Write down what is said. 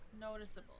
Noticeable